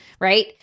right